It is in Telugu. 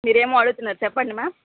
మీరు ఎదో అడుగుతున్నారు చెప్పండి మ్యామ్